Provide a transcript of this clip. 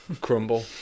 crumble